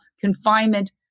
confinement